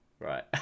Right